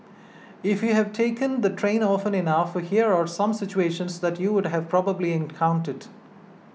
if you've taken the train often enough here are some situations that you would have probably encountered